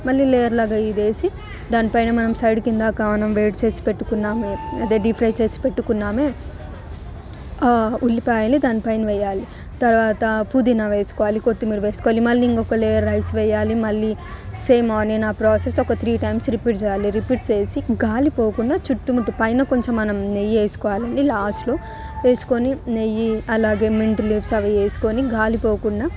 మళ్ళీ లేయర్లాగా ఇదేసి దాని పైన మనం సైడ్ కింద ఇందాక చేసి పెట్టుకున్నామె అదే డీప్ ఫ్రై చేసి పెట్టుకున్నామె ఉల్లిపాయలు దానిపైన వేయాలి తర్వాత పుదీనా వేసుకోవాలి కొత్తిమీర వేసుకోవాలి మళ్ళీ ఇంకొక లేయర్ రైస్ వేయాలి మళ్ళీ సేమ్ ఆనియన్ ఆ ప్రాసెస్ ఒక త్రీ టైమ్స్ రిపీట్ చేయాలి రిపీట్ చేసి గాలిపోకుండా చుట్టుముట్టు పైన కొంచెం మనం నెయ్యి వేసుకోవాలి లాస్ట్లో వేసుకొని నెయ్యి అలాగే మింట్ లీవ్స్ అవి వేసుకొని గాలిపోకుండా